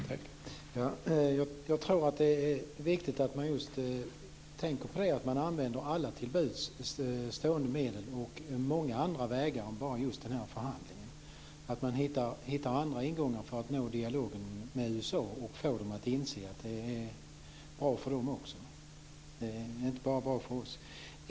Fru talman! Jag tror att det är viktigt att man tänker på att använda alla till buds stående medel och många andra vägar än just den här förhandlingen. Man bör försöka hitta andra ingångar för att nå en dialog med USA och för att få USA att inse att det är bra också för dess egen del, inte bara för oss.